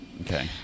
Okay